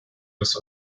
des